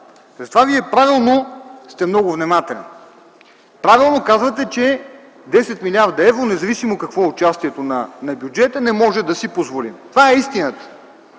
Затова Вие правилно сте много внимателен. Правилно казвате, че 10 млрд. евро, независимо какво е участието на бюджета, не можем да си позволим – това е истината.